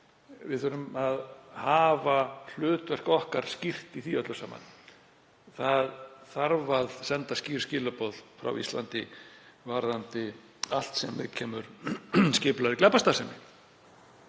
Við þurfum að hafa hlutverk okkar skýrt í því öllu. Það þarf að senda skýr skilaboð frá Íslandi varðandi allt sem viðkemur skipulagðri glæpastarfsemi.